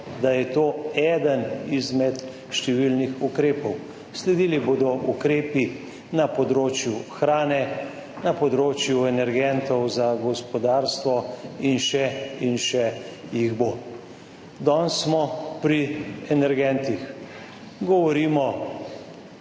da je to eden izmed številnih ukrepov. Sledili bodo ukrepi na področju hrane, na področju energentov za gospodarstvo in še in še jih bo. Danes smo pri energentih. Govorimo